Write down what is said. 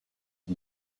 and